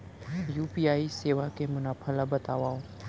UPI सेवा के मुनाफा ल बतावव?